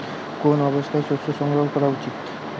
কোন অবস্থায় শস্য সংগ্রহ করা উচিৎ?